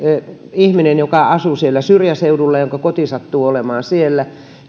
ihminen joka asuu siellä syrjäseudulla jonka koti sattuu olemaan siellä